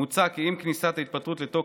מוצע כי עם כניסת ההתפטרות לתוקף,